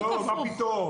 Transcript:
לא, מה פתאום.